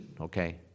okay